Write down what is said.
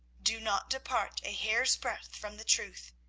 do not depart a hair's-breadth from the truth.